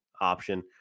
option